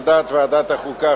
על דעת ועדת החוקה,